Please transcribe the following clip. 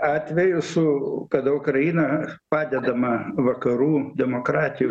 atveju su kada ukraina padedama vakarų demokratijų